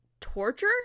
torture